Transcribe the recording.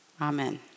amen